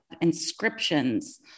inscriptions